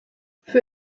für